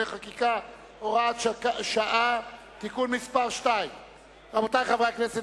חקיקה) (הוראות שעה) (תיקון מס' 2). רבותי חברי הכנסת,